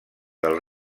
del